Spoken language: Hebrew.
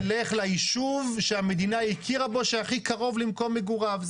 ילך ליישוב שהמדינה הכירה בו שהכי קרוב למקום מגוריו.